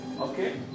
Okay